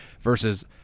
versus